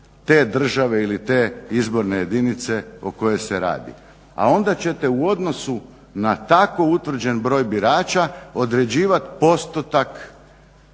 te države ili te izborne jedinice o kojoj se radi, a onda ćete u odnosu na tako utvrđen broj birača određivati postotak